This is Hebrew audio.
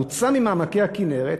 מוצא ממעמקי הכינרת,